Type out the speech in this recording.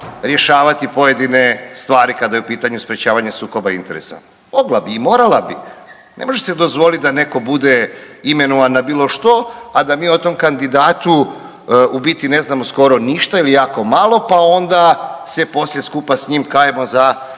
rješavati pojedine stvari kada u pitanju sprječavanje sukoba interesa. Mogla bi i morala bi. Ne može se dozvoliti da netko bude imenovan na bilo što, a da mi o tom kandidatu u biti ne znamo skoro ništa ili jako malo pa onda se poslije skupa s njim kajemo za